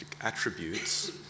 attributes